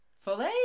Fully